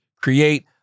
create